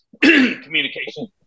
Communication